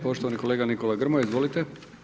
Poštovani kolega Nikola Grmoja, izvolite.